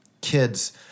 kids